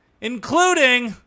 including